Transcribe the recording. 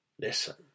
Listen